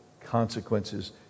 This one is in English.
consequences